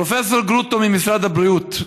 פרופ' גרוטו ממשרד הבריאות,